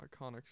iconic